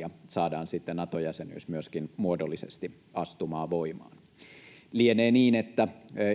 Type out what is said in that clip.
ja saadaan sitten Nato-jäsenyys myöskin muodollisesti astumaan voimaan. Lienee niin, että